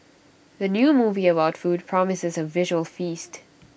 the new movie about food promises A visual feast